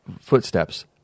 footsteps